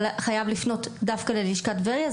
חייב לפנות דווקא ללשכת טבריה.